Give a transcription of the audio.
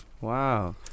Wow